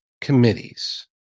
committees